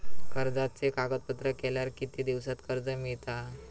कर्जाचे कागदपत्र केल्यावर किती दिवसात कर्ज मिळता?